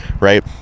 right